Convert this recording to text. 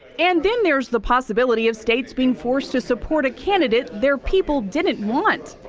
and then there is the possibility of states being forced to support a candidate their people didn't want.